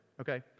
okay